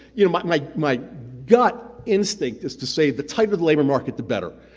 you know but my my gut instinct is to say the tighter the labor market, the better,